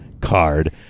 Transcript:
card